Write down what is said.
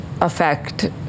affect